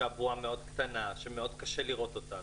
שהבועה מאוד קטנה וקשה לראות אותה,